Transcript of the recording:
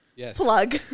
plug